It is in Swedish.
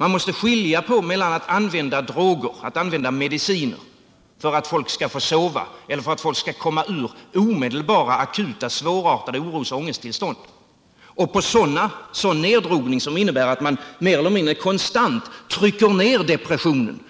Man måste skilja mellan användning av droger och mediciner för att folk skall få sova och för att folk skall komma ur omedelbara akuta, svårartade orosoch ångesttillstånd och sådan neddrogning som innebär att man mer eller mindre konstant trycker ned depressionen